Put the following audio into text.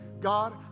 God